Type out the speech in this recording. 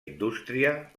indústria